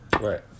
Right